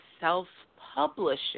self-publishing